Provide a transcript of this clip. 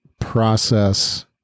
process